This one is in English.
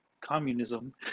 communism